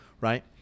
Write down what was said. right